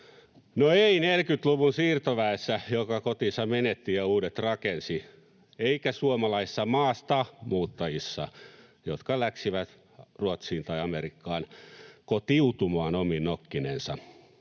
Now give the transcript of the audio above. No ei 40-luvun siirtoväessä, joka kotinsa menetti ja uudet rakensi, eikä suomalaisissa maastamuuttajissa, jotka läksivät Ruotsiin tai Amerikkaan kotiutumaan omin nokkinensa.